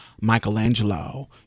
michelangelo